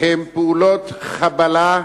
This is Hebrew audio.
הן פעולות חבלה,